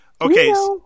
Okay